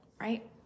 right